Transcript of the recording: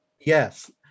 Yes